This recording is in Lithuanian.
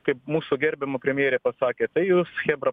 kaip mūsų gerbiama premjerė pasakė tai jūs chebra